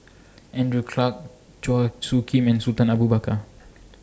Andrew Clarke Chua Soo Khim and Sultan Abu Bakar